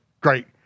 great